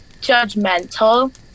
judgmental